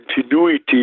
continuity